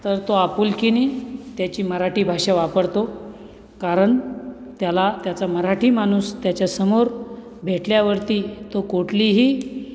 तर तो आपुलकीने त्याची मराठी भाषा वापरतो कारण त्याला त्याचा मराठी माणूस त्याच्यासमोर भेटल्यावरती तो कोठलीही